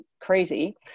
crazy